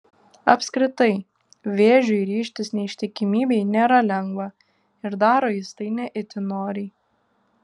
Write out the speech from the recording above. apskritai vėžiui ryžtis neištikimybei nėra lengva ir daro jis tai ne itin noriai